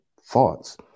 thoughts